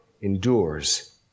endures